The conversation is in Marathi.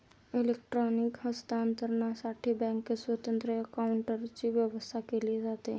इलेक्ट्रॉनिक हस्तांतरणसाठी बँकेत स्वतंत्र काउंटरची व्यवस्था केली जाते